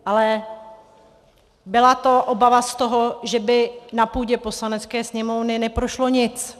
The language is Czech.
Ale byla obava z toho, že by na půdě Poslanecké sněmovny neprošlo nic.